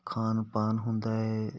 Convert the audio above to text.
ਖਾਣ ਪਾਣ ਹੁੰਦਾ ਹੈ